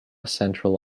central